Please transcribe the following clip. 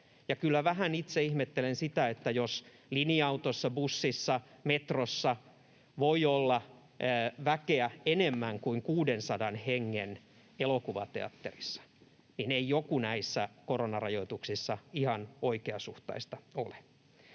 Kyllä vähän itse ihmettelen sitä, että linja-autossa, bussissa, metrossa voi olla väkeä enemmän kuin 600 hengen elokuvateatterissa. Silloin ei jokin näissä koronarajoituksissa ihan oikeasuhtaista ole.